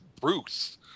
Bruce